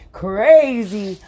crazy